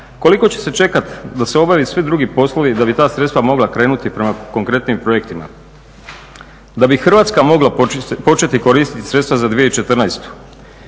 Koliko će se čekati da se obave svi drugi poslovi i da bi ta sredstva mogla krenuti prema konkretnijim projektima, da bi Hrvatska mogla početi koristiti sredstva za 2014.?